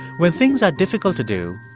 when things are difficult to do,